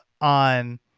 on